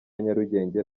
nyarugenge